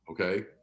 Okay